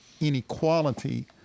inequality